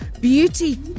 beauty